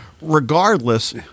regardless